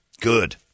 Good